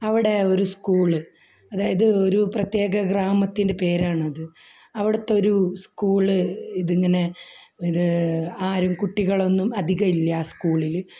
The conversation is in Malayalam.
അവിടെ ഒരു സ്കൂള് അതായത് ഒരു പ്രത്യേക ഗ്രാമത്തിൻ്റെ പേരാണ് അത് അവിടത്തെ ഒരു സ്കൂള് ഇതിങ്ങനെ ഇത് ആരും കുട്ടികളൊന്നും അധികമില്ല ആ സ്കൂളിൽ